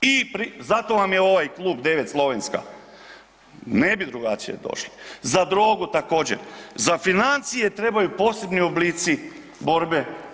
I zato vam je ovaj klub 9 Slovenska ne bi drugačije došli, za drogu također, za financije trebaju posebni oblici borbe.